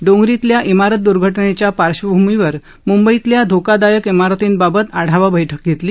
डोंगरी तल्या इमारत द्र्घटनेच्या पार्श्वभूमीवर मंंंबईतील धोकादायक इमारतींबाबत आढावा बैठक घेतली